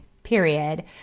Period